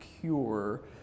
cure